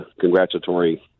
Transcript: congratulatory